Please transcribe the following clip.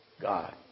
God